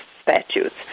Statutes